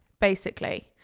basically-